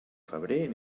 febrer